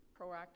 proactive